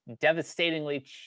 devastatingly